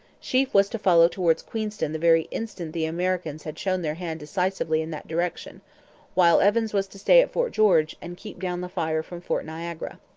sheaffe was to follow towards queenston the very instant the americans had shown their hand decisively in that direction while evans was to stay at fort george and keep down the fire from fort niagara.